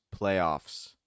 playoffs